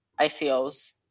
ICOs